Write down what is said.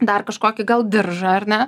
dar kažkokį gal diržą ar ne